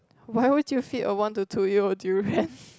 why would you feed a one to two year old durian